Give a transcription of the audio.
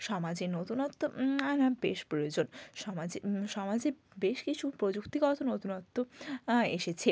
সমাজে নতুনত্ব আনা বেশ প্রয়োজন সমাজে সমাজে বেশ কিছু প্রযুক্তিগত নতুনত্ব এসেছে